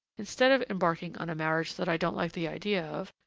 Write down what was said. instead of embarking on a marriage that i don't like the idea of,